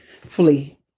flee